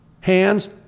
Hands